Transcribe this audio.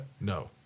No